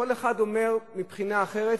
כל אחד אומר מבחינה אחרת,